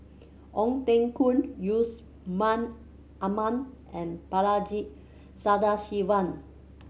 Ong Teng Koon Yusman Aman and Balaji Sadasivan